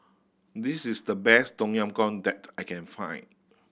this is the best Tom Yam Goong that I can find